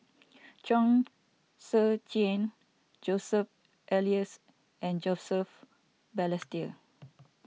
Chong Tze Chien Joseph Elias and Joseph Balestier